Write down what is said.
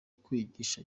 kwigisha